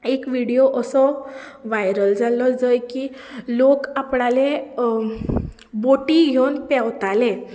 एक व्हिडियो असो वायरल जाल्लो जंय की लोक आपणाले बोटी घेवन पेंवताले